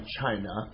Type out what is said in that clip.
China